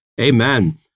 Amen